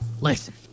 listen